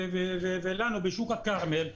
ולנו, בשוק הכרמל,